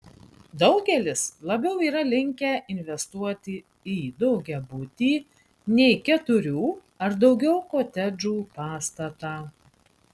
daugelis labiau yra linkę investuoti į daugiabutį nei keturių ar daugiau kotedžų pastatą